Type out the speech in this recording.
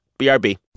BRB